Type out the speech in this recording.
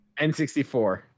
N64